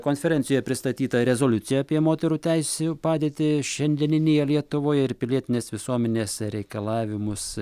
konferencijoje pristatyta rezoliucija apie moterų teisių padėtį šiandieninėje lietuvoje ir pilietinės visuomenės reikalavimus